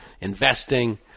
investing